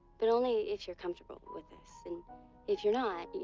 but only if you're comfortable with this. and if you're not,